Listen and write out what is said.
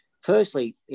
Firstly